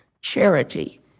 charity